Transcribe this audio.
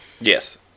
Yes